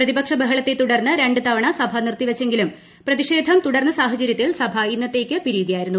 പ്രതിപക്ഷ ബഹളത്തെ തുടർന്ന് രണ്ട് തവണ സഭ നിർത്തി വച്ചെങ്കിലും പ്രതിഷേധം തുടർന്ന സാഹചരൃത്തിൽ സഭ ഇന്നത്തേക്ക് പിരിയുക ആയിരുന്നു